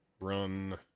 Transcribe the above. run